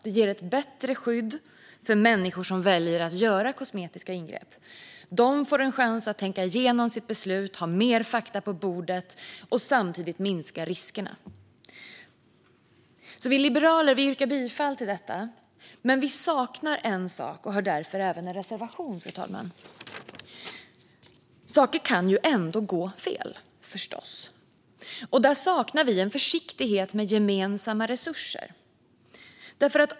Det ger ett bättre skydd för människor som väljer att göra kosmetiska ingrepp. De får en chans att tänka igenom sitt beslut och ha mer fakta på bordet, och samtidigt minskas riskerna. Liberalerna yrkar därför bifall till utskottets förslag. Vi saknar dock en sak och har därför en reservation. Saker kan förstås ändå gå fel. Vi saknar en försiktighet med gemensamma resurser.